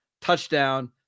touchdown